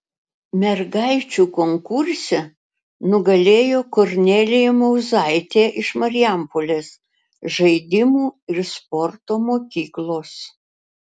mergaičių konkurse nugalėjo kornelija mauzaitė iš marijampolės žaidimų ir sporto mokyklos